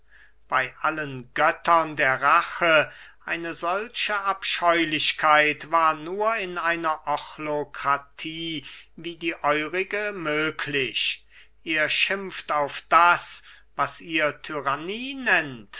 bey allen göttern der rache eine solche abscheulichkeit war nur in einer ochlokratie wie die eurige möglich ihr schimpft auf das was ihr